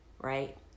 right